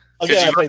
Okay